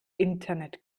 internet